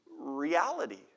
reality